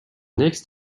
next